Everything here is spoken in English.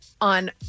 on